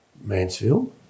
Mansfield